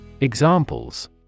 Examples